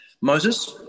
Moses